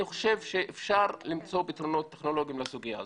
אני חושב שאפשר למצוא פתרונות טכנולוגיים לסוגיה הזאת.